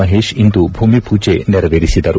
ಮಹೇಶ್ ಇಂದು ಭೂಮಿ ಪೂಜೆ ನೆರವೇರಿಸಿದರು